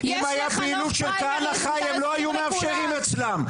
אם היה פעילות של כאן אחי הם לא היו מאפשרים אצלם,